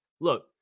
look